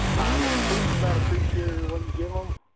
um if the person is not appreciative of what you give em,